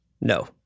No